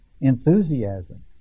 enthusiasm